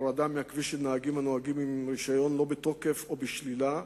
הורדה מהכביש של נהגים הנוהגים עם רשיון שלא בתוקף או בשלילת רשיון,